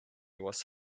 was